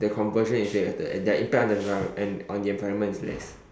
the conversion is way better and their impact on the environment and on the environment is less